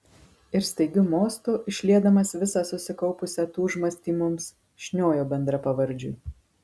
ir staigiu mostu išliedamas visą susikaupusią tūžmastį mums šniojo bendrapavardžiui